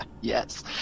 Yes